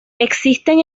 existen